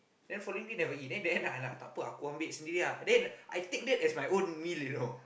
then following day never eat then end up I tak apa aku ambil sendiri ah then I take that as my own meal you know